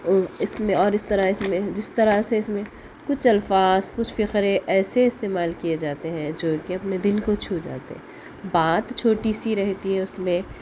اس میں اور اس طرح اس میں جس طرح سے اس میں کچھ الفاظ کچھ فقرے ایسے استعمال کئے جاتے ہیں جو کہ اپنے دل کو چھو جاتے ہیں بات چھوٹی سی رہتی ہے اس میں